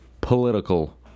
political